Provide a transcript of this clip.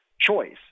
choice